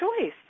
choice